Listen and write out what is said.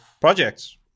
projects